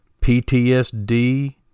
PTSD